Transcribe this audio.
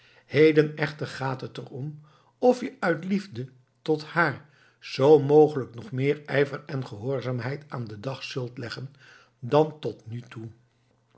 heden echter gaat het er om of je uit liefde tot haar zoo mogelijk nog meer ijver en gehoorzaamheid aan den dag zult leggen dan tot nu toe